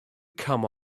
come